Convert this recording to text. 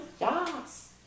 Yes